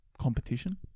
competition